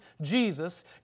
Jesus